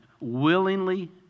Willingly